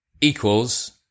equals